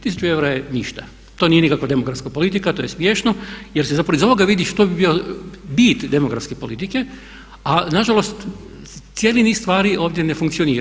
1000 eura je ništa, to nije nikakva demografska politika, to je smiješno jer se zapravo iz ovoga vidi što bi bio bit demografske politike a nažalost cijeli niz stvari ovdje ne funkcionira.